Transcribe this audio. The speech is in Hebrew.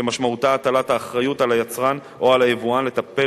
שמשמעותה הטלת האחריות על היצרן או על היבואן לטפל